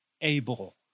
able